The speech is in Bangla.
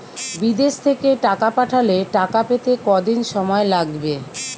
বিদেশ থেকে টাকা পাঠালে টাকা পেতে কদিন সময় লাগবে?